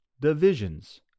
divisions